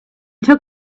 took